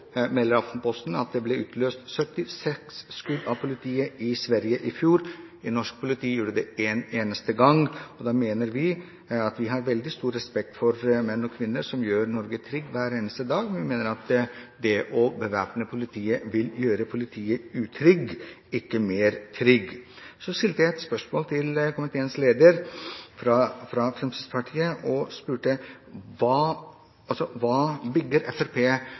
Aftenposten at det ble avfyrt 76 skudd av politiet i Sverige i fjor. Norsk politi gjorde det én eneste gang. Vi har veldig stor respekt for de menn og kvinner som gjør Norge trygt hver eneste dag, men vi mener at det å bevæpne politiet vil gjøre politiet utrygt, ikke mer trygt. Jeg stilte et spørsmål til komiteens leder fra Fremskrittspartiet: Hva bygger Fremskrittspartiet